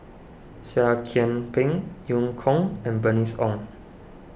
Seah Kian Peng Eu Kong and Bernice Ong